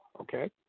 Okay